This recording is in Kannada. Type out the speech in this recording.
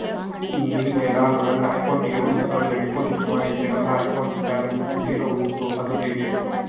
ನಿನ್ನೆ ನಾನು ನನ್ನ ಅಕೌಂಟಿಗೆ ಒಂದು ಸಾವಿರ ಡೆಪೋಸಿಟ್ ಮಾಡಿದೆ ನನ್ನ ಅಕೌಂಟ್ ಬ್ಯಾಲೆನ್ಸ್ ಝೀರೋ ಉಂಟು ಅದು ಹೇಗೆ?